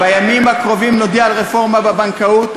בימים הקרובים נודיע על רפורמה בבנקאות,